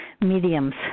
mediums